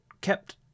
kept